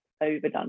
overdone